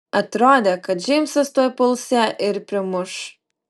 atrodė kad džeimsas tuoj puls ją ir primuš